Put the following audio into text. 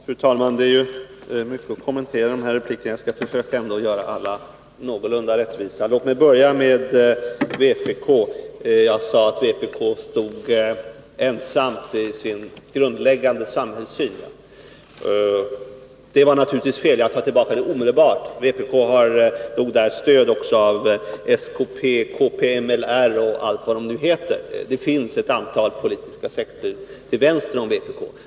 Fru talman! Det är mycket att kommentera i de här replikerna, och låt mig börja med vpk. Jag sade att vpk stod ensamt i sin grundläggande samhällssyn. Det var naturligtvis fel, jag tar tillbaka det omedelbart. Vpk har stöd också av skp, kpml-r och allt vad de heter — det finns ett antal politiska sekter till vänster om vpk.